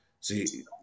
See